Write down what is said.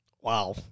Wow